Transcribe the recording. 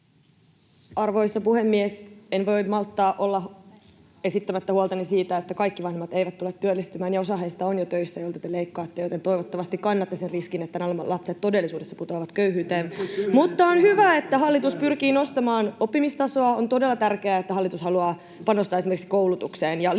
Arvoisa puhemies! En voi malttaa olla esittämättä huoltani siitä, että kaikki vanhemmat eivät tule työllistymään ja osa heistä, joilta te leikkaatte, on jo töissä, joten toivottavasti kannatte sen riskin, että nämä lapset todellisuudessa putoavat köyhyyteen. [Ben Zyskowicz: Entäs ne kymmenettuhannet, jotka työllistyvät?] Mutta on hyvä, että hallitus pyrkii nostamaan oppimistasoa. On todella tärkeää, että hallitus haluaa panostaa esimerkiksi koulutukseen ja linjaa,